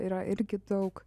yra irgi daug